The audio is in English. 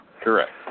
Correct